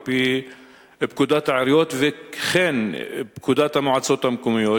על-פי פקודת העיריות וכן פקודת המועצות המקומיות,